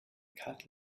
cat